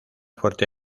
fuerte